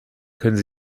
können